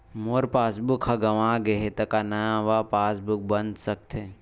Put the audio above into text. मोर passbook ह गंवा गे हे त का नवा पास बुक बन सकथे?